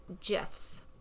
GIFs